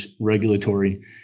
regulatory